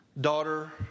daughter